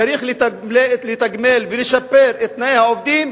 צריך לתגמל ולשפר את תנאי העובדים,